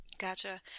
Gotcha